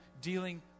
dealing